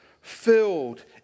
filled